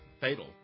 Fatal